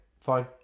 Fine